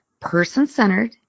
person-centered